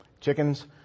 Chickens